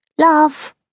love